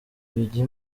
bijya